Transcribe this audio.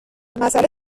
مسئله